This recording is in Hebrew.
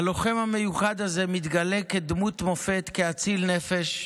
הלוחם המיוחד הזה מתגלה כדמות מופת, כאציל נפש,